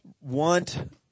want